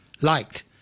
liked